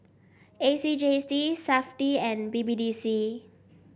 A C J C Safti and B B D C